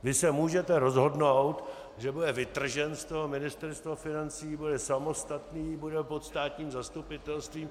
Vy se můžete rozhodnout, že bude vytržen z toho Ministerstva financí, bude samostatný, bude pod státním zastupitelstvím.